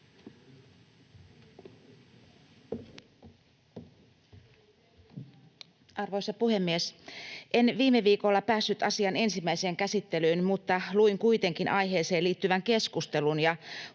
Arvoisa puhemies! En viime viikolla päässyt asian ensimmäiseen käsittelyyn, mutta luin kuitenkin aiheeseen liittyvän keskustelun